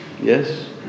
Yes